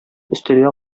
өстәлгә